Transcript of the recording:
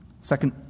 second